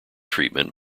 treatment